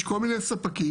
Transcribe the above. יש כל מיני ספקים.